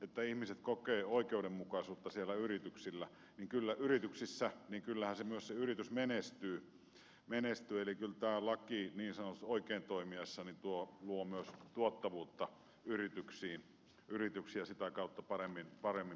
kun ihmiset kokevat oikeudenmukaisuutta siellä yrityksissä kyllähän myös se yritys menestyy eli kyllä tämä laki niin sanotusti oikein toimiessa luo myös tuottavuutta yrityksiin ja sitä kautta paremmin pärjäämistä